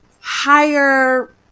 higher